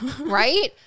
right